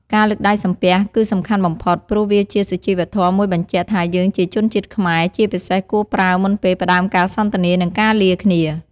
ការលើកដៃសំពះគឺសំខាន់បំផុត ព្រោះវាជាសុជីវធម៌មួយបញ្ជាក់ថាយើងជាជនជាតិខ្មែរ ជាពិសេសគួរប្រើមុនពេលផ្ដើមការសន្ទនា និងការលាគ្នា។